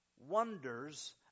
wonders